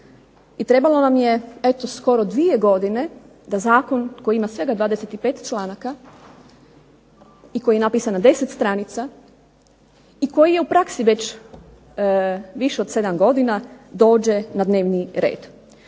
i trebalo nam je eto skoro dvije godine da zakon koji ima svega 25 članaka i koji je napisan na 10 stranica i koji je u praksi već više od sedam godina dođe na dnevni red.